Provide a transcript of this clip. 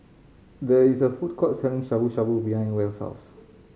there is a food court selling Shabu Shabu behind Wells' house